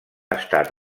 estat